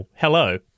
hello